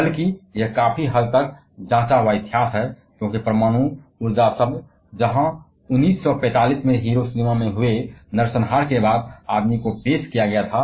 बल्कि यह काफी हद तक एक जांचा हुआ इतिहास है क्योंकि परमाणु ऊर्जा शब्द जहां 1945 में हिरोशिमा में हुए नरसंहार के बाद आदमी की तरह पेश किया गया था